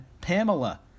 Pamela